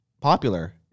Popular